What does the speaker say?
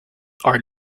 are